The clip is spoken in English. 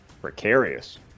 Precarious